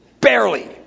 Barely